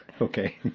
Okay